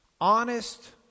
Honest